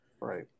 right